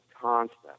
concept